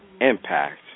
impact